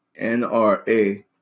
NRA